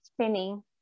spinning